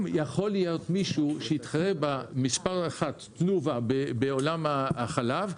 להיות מישהו שיתחרה במס' 1 בעולם החלב,